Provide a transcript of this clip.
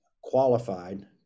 qualified